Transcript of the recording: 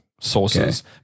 sources